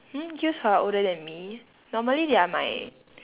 hmm youths who are older than me normally they are my